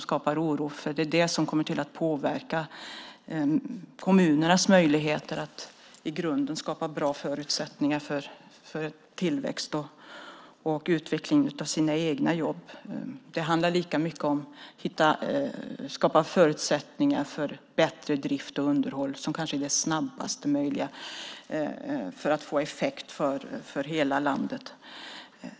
Det är det som kommer att påverka kommunernas möjligheter att skapa bra förutsättningar för tillväxt och utveckling av jobb. Det handlar lika mycket om att skapa förutsättningar för bättre drift och underhåll som kanske snabbast ger effekt i hela landet.